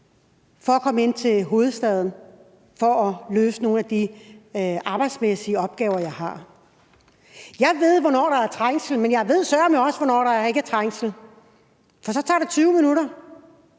for at komme ind til hovedstaden for at løse nogle af de arbejdsmæssige opgaver, jeg har. Jeg ved, hvornår der er trængsel. Men jeg ved sørme også, hvornår der ikke er trængsel, for så tager det 20 minutter.